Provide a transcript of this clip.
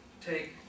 take